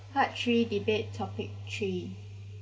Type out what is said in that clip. part three debate topic three